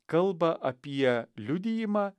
kalba apie liudijimą